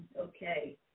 Okay